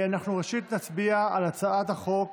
ראשית נצביע על הצעת החוק